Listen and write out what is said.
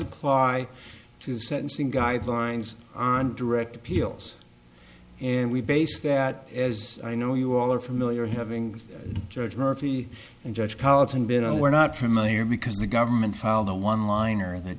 apply to the sentencing guidelines on direct appeals and we based that as i know you all are familiar having judge murphy and judge colleton been on were not familiar because the government filed a one liner in that